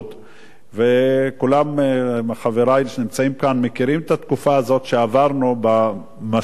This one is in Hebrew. וכולם מחברי שנמצאים כאן מכירים את התקופה הזאת שעברנו במשבר הרשויות,